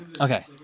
Okay